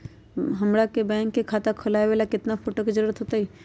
हमरा के बैंक में खाता खोलबाबे ला केतना फोटो के जरूरत होतई?